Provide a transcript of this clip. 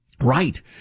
Right